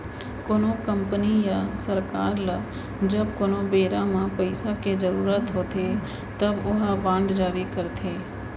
कोनो कंपनी या सरकार ल जब कोनो बेरा म पइसा के जरुरत होथे तब ओहा बांड जारी करथे